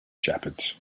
shepherds